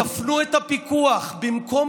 שימו